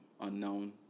unknown